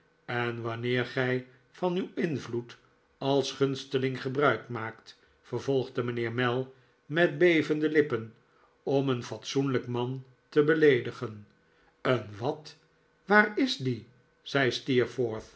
en wanneer gij van uw invloed als gunsteling gebruik maakt vervolgde mijnheer mell met bevende lippen om een fatsoenlijk man te beleedigen een wat waar is die zei